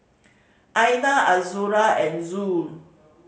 Aina Azura and Zul